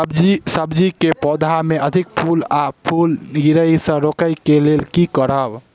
सब्जी कऽ पौधा मे अधिक फूल आ फूल गिरय केँ रोकय कऽ लेल की करब?